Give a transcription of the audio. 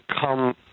come